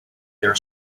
their